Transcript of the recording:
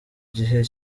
gihe